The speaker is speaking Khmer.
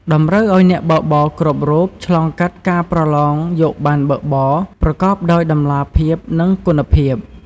តម្រូវឱ្យអ្នកបើកបរគ្រប់រូបឆ្លងកាត់ការប្រឡងយកបណ្ណបើកបរប្រកបដោយតម្លាភាព និងគុណភាព។